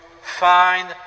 find